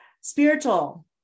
Spiritual